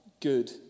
good